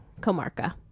Comarca